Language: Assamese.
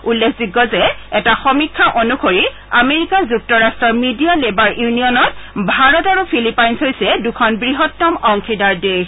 উল্লেখযোগ্য যে এটা সমীক্ষা অনুসৰি আমেৰিকা যুক্তৰাট্টৰ মিডিয়া লেবাৰ ইউনিয়নত ভাৰত আৰু ফিলিপাইনছ হৈছে দুখন বৃহত্তম অংশীদাৰ দেশ